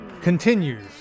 continues